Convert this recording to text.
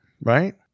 Right